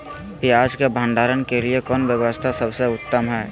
पियाज़ के भंडारण के लिए कौन व्यवस्था सबसे उत्तम है?